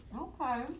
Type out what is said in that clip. Okay